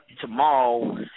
tomorrow